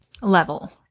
level